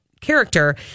character